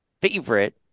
favorite